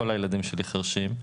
כל הילדים שלי חירשים,